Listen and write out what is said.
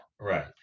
Right